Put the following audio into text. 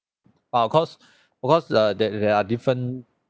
but of course of course uh that there are different